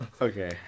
Okay